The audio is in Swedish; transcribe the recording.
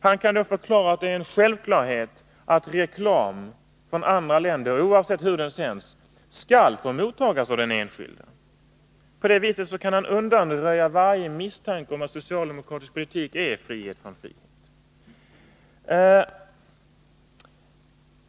Han kan då förklara att det är en självklarhet att reklam från andra länder, oavsett hur den sänds, skall få mottas av den enskilde. På det viset kan han undanröja varje misstanke om att socialdemokratisk politik är frihet från frihet.